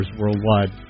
worldwide